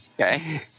okay